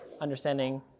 understanding